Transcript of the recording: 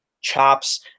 chops